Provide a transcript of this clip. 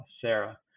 Sarah